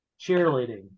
cheerleading